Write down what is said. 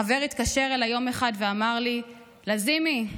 חבר התקשר אליי יום אחד ואמר לי: לזימי,